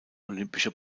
olympische